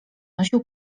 nosił